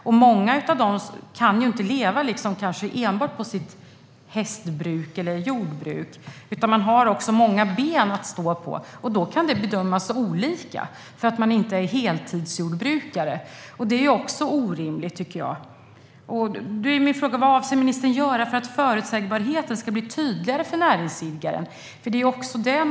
Men många av dem kan ju inte leva enbart på sitt "hästbruk" eller jordbruk, utan de har många ben att stå på, och då kan det bedömas olika för att man inte är heltidsjordbrukare. Det är också orimligt, tycker jag. Vad avser ministern att göra för att förutsägbarheten ska bli tydligare för näringsidkaren?